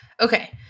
Okay